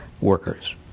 workers